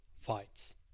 fights